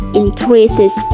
increases